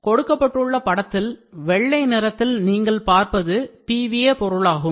கொடுக்கப்பட்டுள்ள படத்தில் வெள்ளை நிறத்தில் நீங்கள் பார்ப்பது PVA பொருளாகும்